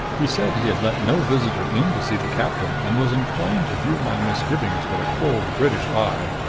he said he had let no visitor in to see the captain, and was inclined to view my misgivings with a cold british eye.